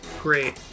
Great